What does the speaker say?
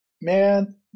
man